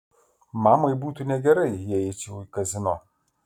mamai būtų negerai jei eičiau į kazino